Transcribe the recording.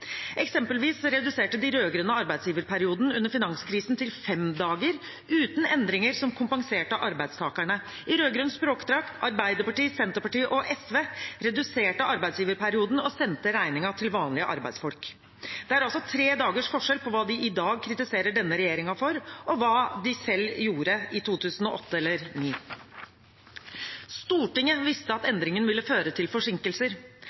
Eksempelvis reduserte de rød-grønne arbeidsgiverperioden under finanskrisen til fem dager, uten endringer som kompenserte arbeidstakerne. I rød-grønn språkdrakt – Arbeiderpartiet, Senterpartiet og SV – reduserte de arbeidsgiverperioden og sendte regningen til vanlige arbeidsfolk. Det er altså tre dagers forskjell på hva de i dag kritiserer denne regjeringen for, og hva de selv gjorde i 2008 eller 2009. Stortinget visste at